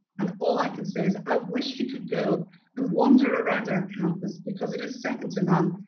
and all i can say is i wish you could go and wander around our campus because it is second to and um